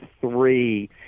three